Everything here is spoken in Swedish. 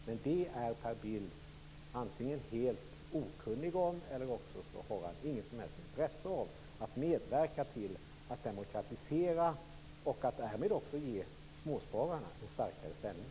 Men det är Per Bill antingen helt okunnig om eller också har han inget som helst intresse av att medverka till att demokratisera och att därmed också ge småspararna en starkare ställning.